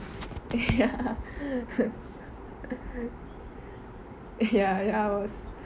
ya ya I was